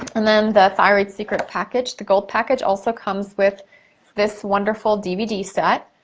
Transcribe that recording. and then the thyroid secret package, the gold package also comes with this wonderful dvd set,